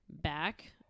back